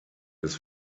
des